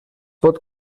pot